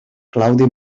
claudi